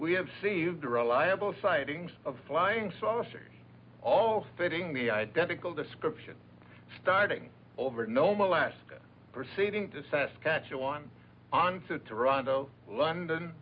we have saved a reliable sightings of flying saucers all fitting the identical description starting over nome alaska proceeding to saskatchewan on to toronto london